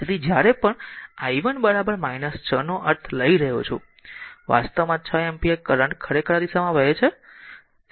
તેથી જ્યારે પણ i 1 6 નો અર્થ લઈ રહ્યો છું વાસ્તવમાં 6 એમ્પીયર કરંટ ખરેખર આ દિશામાં વહે છે